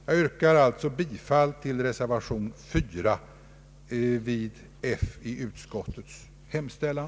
Jag yrkar bifall till reservation 4 vid F i utskottets hemställan.